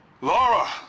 Laura